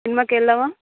సినిమాకు వెళ్దామా